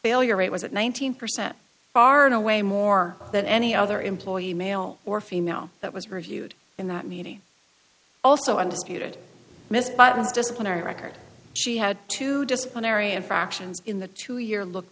failure rate was one thousand percent far and away more than any other employee male or female that was reviewed in that meeting also undisputed miss bottoms disciplinary record she had two disciplinary infractions in the two year look